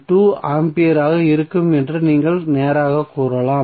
2 ஆம்பியராக இருக்கும் என்று நீங்கள் நேராகக் கூறலாம்